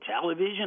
television